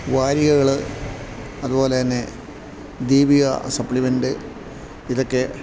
വാരികകൾ അതുപോലെത്തന്നെ ദീപിക സപ്ലിമെൻ്റ് ഇതൊക്കെ